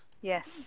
Yes